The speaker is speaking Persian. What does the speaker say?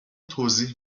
توضیح